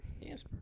Yes